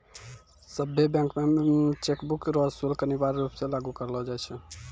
सभ्भे बैंक मे चेकबुक रो शुल्क अनिवार्य रूप से लागू करलो जाय छै